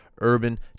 Urban